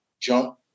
jump